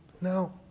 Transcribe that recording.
Now